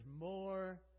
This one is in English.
more